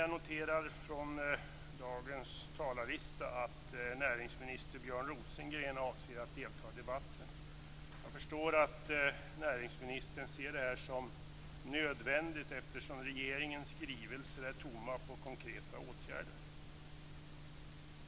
Jag noterar av dagens talarlista att näringsminister Björn Rosengren avser att delta i debatten. Jag förstår att näringsministern ser det som nödvändigt eftersom regeringens skrivelser är tomma på konkreta åtgärder.